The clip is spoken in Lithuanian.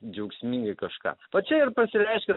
džiaugsmingai kažką va čia ir pasireiškia